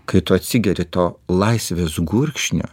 kai tu atsigeri to laisvės gurkšnio